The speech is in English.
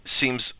seems